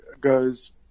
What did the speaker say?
goes